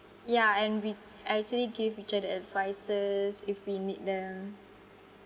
ya and we actually gave each other advices if we need them